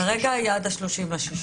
כרגע היא עד ה-30.6.